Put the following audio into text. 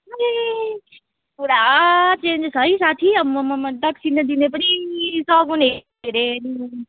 अरे पुरा चेन्जेस है साथी आम्मामामा दक्षिणा दिने पनि सगुन हेरी हेरी